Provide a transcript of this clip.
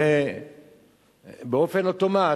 הרי באופן אוטומטי,